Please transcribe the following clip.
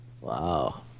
Wow